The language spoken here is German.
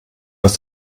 das